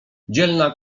dzielna